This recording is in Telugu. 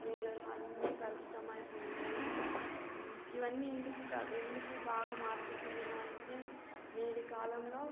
నేలలు అన్నీ కలుషితంమయిపోయినాయి ఇవన్నీ ఎందుకు ఎందుకు బాగా మార్పు చెందాయంటే నేటి కాలంలో